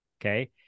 Okay